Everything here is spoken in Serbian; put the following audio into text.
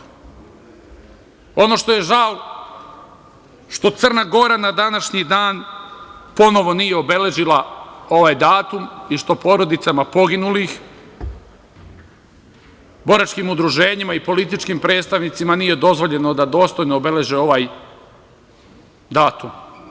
Ono što je žal je to što Crna Gora na današnji dan ponovo nije obeležila ovaj datum i što porodicama poginulih, boračkim udruženjima i političkim predstavnicima nije dozvoljeno da dostojno obeleže ovaj datum.